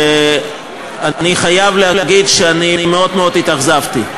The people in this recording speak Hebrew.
ואני חייב להגיד שאני מאוד התאכזבתי,